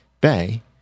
Bay